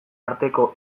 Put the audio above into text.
arteko